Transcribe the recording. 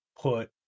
put